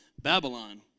Babylon